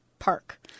park